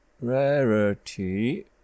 Rarity